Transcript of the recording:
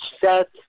set